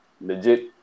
legit